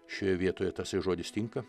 šioje vietoje tasai žodis tinka